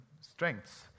strengths